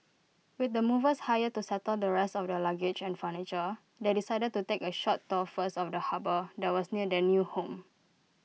with the movers hired to settle the rest of their luggage and furniture they decided to take A short tour first of the harbour that was near their new home